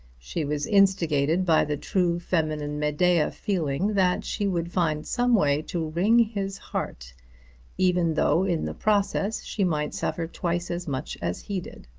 she was instigated by the true feminine medea feeling that she would find some way to wring his heart even though in the process she might suffer twice as much as he did.